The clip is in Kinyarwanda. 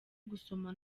gusoma